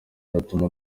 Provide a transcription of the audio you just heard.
rutuma